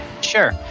Sure